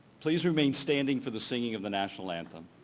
please remain standing for the singing of the national anthem.